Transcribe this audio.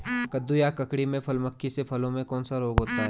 कद्दू या ककड़ी में फल मक्खी से फलों में कौन सा रोग होता है?